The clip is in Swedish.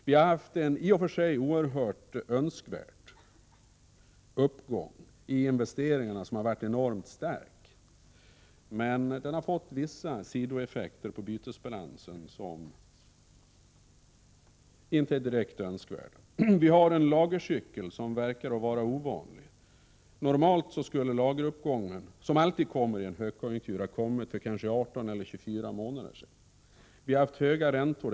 Vi har haft en i och för sig oerhört önskvärd uppgång i investeringarna som har varit enormt stark, men den har fått vissa sidoeffekter på bytesbalansen som inte är direkt välkomna. Vi har en lagercykel som verkar att vara ovanlig. Normalt skulle lageruppgången, som alltid kommer i en högkonjunktur, ha börjat för kanske 18 eller 24 månader sedan. Vi har haft höga räntor.